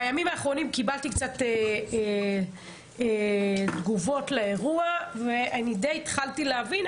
בימים האחרונים קיבלתי קצת תגובות לאירוע ואני די התחלתי להבין,